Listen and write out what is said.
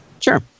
Sure